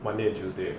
monday and tuesday